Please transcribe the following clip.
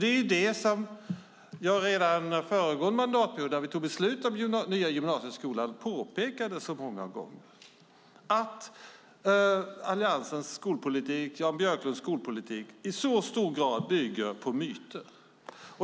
Det är detta som jag påpekade så många gånger redan under förra mandatperioden, då vi tog beslut om den nya gymnasieskolan, nämligen att Alliansens och Jan Björklunds skolpolitik i hög grad bygger på myter.